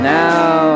now